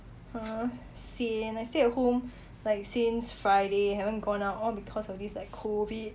!huh! sian I stayed at home like since friday haven't gone out all because of this like COVID